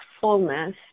fullness